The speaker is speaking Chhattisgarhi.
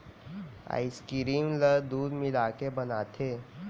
आइसकीरिम ल दूद मिलाके बनाथे